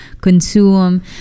consume